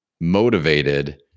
motivated